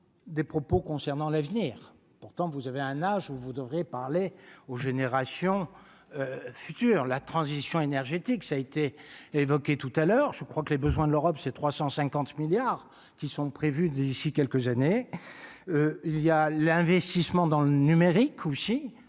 des propos concernant l'avenir, pourtant, vous avez un âge où vous devrez parler aux générations futures la transition énergétique, ça été évoqué tout à l'heure, je crois que les besoins de l'Europe, c'est 350 milliards qui sont prévus d'ici quelques années, il y a l'investissement dans le numérique ou si